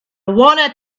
wanna